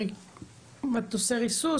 על מטוסי הריסוס,